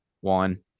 One